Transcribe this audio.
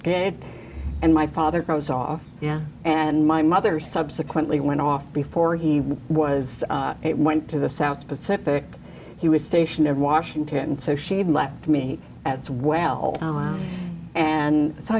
bit and my father goes off and my mother subsequently went off before he was it went to the south pacific he was stationed in washington so she had left me as well and so